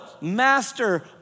master